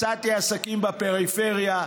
מצאתי עסקים בפריפריה,